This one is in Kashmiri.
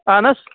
اَہَن حظ